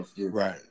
Right